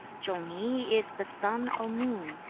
chung-ni is the sun or moon,